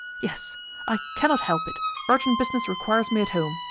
yes i cannot help it urgent business requires me at home.